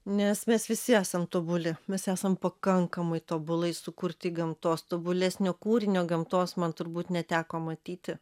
nes mes visi esam tobuli mes esam pakankamai tobulai sukurti gamtos tobulesnio kūrinio gamtos man turbūt neteko matyti